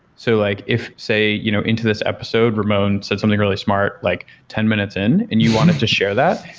so like if, say, you know into this episode, ramon said something really smart like ten minutes in and you wanted to share that.